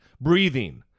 breathing